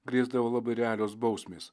grėsdavo labai realios bausmės